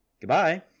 Goodbye